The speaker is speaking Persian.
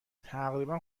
تقریبا